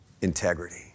integrity